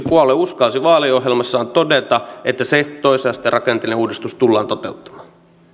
puolue uskalsi vaaliohjelmassaan todeta että se toisen asteen rakenteellinen uudistus tullaan toteuttamaan